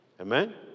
Amen